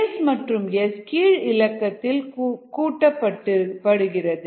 Ks மற்றும் S கீழ் இலக்கத்தில் கூட்டப்படுகிறது